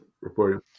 reporting